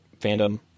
fandom